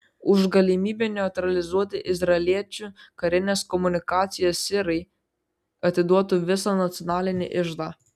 už galimybę neutralizuoti izraeliečių karines komunikacijas sirai atiduotų visą nacionalinį iždą